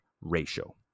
ratio